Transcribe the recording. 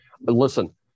listen